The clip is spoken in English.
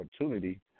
opportunity